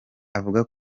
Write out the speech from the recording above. avuga